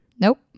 Nope